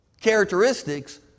characteristics